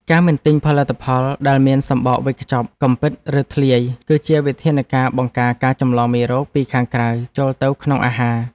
ការមិនទិញផលិតផលដែលមានសំបកវេចខ្ចប់កំពិតឬធ្លាយ គឺជាវិធានការបង្ការការចម្លងមេរោគពីខាងក្រៅចូលទៅក្នុងអាហារ។